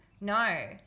No